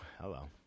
Hello